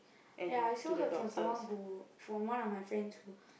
ya I also heard from someone who from one of my friends who